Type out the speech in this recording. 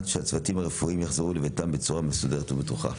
שהצוותים הרפואיים יחזרו לביתם בצורה מסודרת ובטוחה.